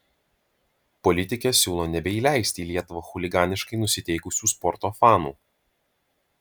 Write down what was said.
politikė siūlo nebeįleisti į lietuvą chuliganiškai nusiteikusių sporto fanų